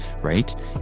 right